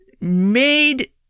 made